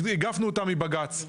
איגפנו אותה מבג"ץ.